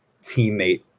teammate